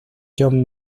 john